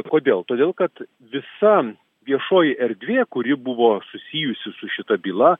kodėl todėl kad visa viešoji erdvė kuri buvo susijusi su šita byla